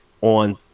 on